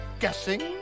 guessing